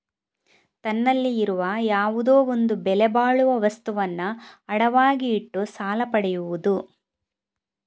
ತನ್ನಲ್ಲಿ ಇರುವ ಯಾವುದೋ ಒಂದು ಬೆಲೆ ಬಾಳುವ ವಸ್ತುವನ್ನ ಅಡವಾಗಿ ಇಟ್ಟು ಸಾಲ ಪಡಿಯುದು